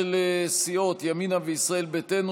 של סיעות ימינה וישראל ביתנו,